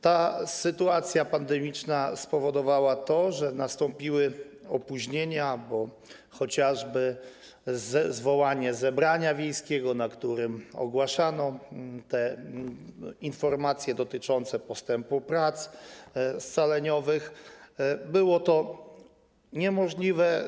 Ta sytuacja pandemiczna spowodowała to, że nastąpiły opóźnienia, bo chociażby zwołanie zebrania wiejskiego, na którym ogłaszano informacje dotyczące postępu prac scaleniowych, było niemożliwe.